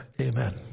Amen